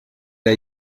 der